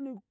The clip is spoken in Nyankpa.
nu oci nva